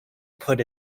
put